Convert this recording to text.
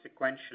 sequentially